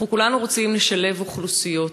כולנו רוצים לשלב אוכלוסיות.